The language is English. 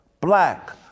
black